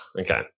Okay